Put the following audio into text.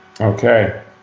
Okay